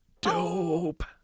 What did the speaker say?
Dope